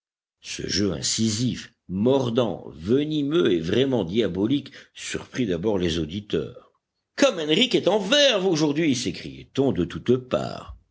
ce jeu incisif mordant venimeux et vraiment diabolique surprit d'abord les auditeurs comme henrich est en verve aujourd'hui sécriait on de toutes parts